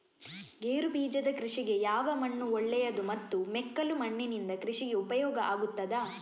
ಗೇರುಬೀಜದ ಕೃಷಿಗೆ ಯಾವ ಮಣ್ಣು ಒಳ್ಳೆಯದು ಮತ್ತು ಮೆಕ್ಕಲು ಮಣ್ಣಿನಿಂದ ಕೃಷಿಗೆ ಉಪಯೋಗ ಆಗುತ್ತದಾ?